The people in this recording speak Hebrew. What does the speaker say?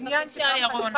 אני